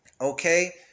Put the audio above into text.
okay